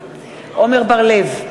עמר בר-לב,